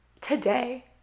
today